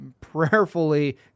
prayerfully